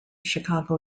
chicago